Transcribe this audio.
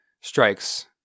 strikes